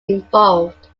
involved